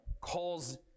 calls